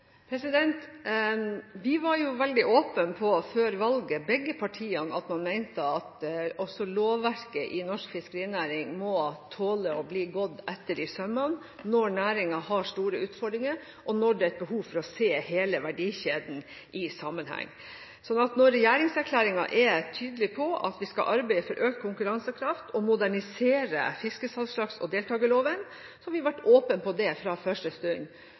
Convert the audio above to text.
Vi var veldig åpne på før valget, begge partiene, at man mente at også lovverket i norsk fiskerinæring må tåle å bli gått etter i sømmene når næringen har store utfordringer, og når det er behov for å se hele verdikjeden i sammenheng. Regjeringserklæringen er tydelig på at vi skal arbeide for økt konkurransekraft og modernisere fiskesalgslagsloven og deltakerloven, og vi har vært åpne om det fra første stund.